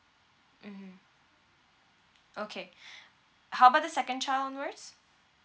mmhmm okay how about the second child onwards